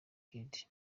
kid